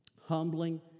humbling